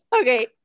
Okay